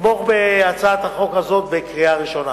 לתמוך בהצעת החוק הזאת בקריאה ראשונה.